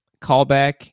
callback